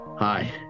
Hi